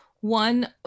one